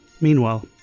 Meanwhile